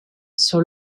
sur